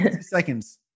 seconds